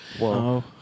Whoa